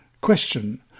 Question